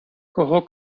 кого